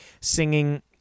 singing